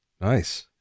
Nice